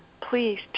Please